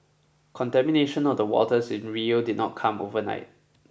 contamination of the waters in Rio did not come overnight